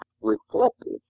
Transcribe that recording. reflective